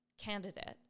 candidate